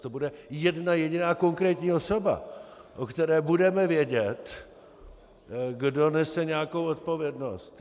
To bude jedna jediná konkrétní osoba, o které budeme vědět, kdo nese nějakou odpovědnost.